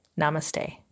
Namaste